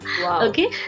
Okay